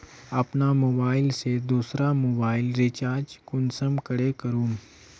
अपना मोबाईल से दुसरा मोबाईल रिचार्ज कुंसम करे करूम?